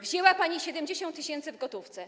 Wzięła pani 70 tys. w gotówce.